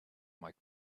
might